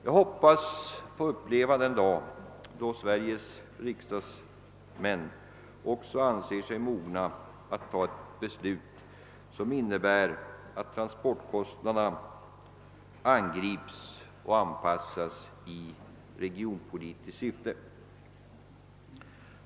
Jag hoppas få uppleva den dag, då ledamöterna av Sveriges riksdag ockå anser sig mogna att ta ett beslut, som innebär att transportkostnaderna i stort angrips och anpassas i regionpolitiskt syfte.